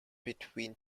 between